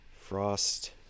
Frost